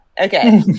Okay